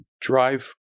drive